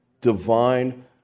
Divine